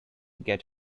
get